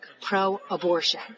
Pro-abortion